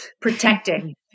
protecting